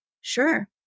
Sure